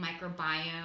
microbiome